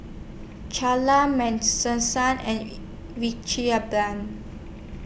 Charla Maddison and